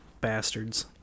Bastards